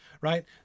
right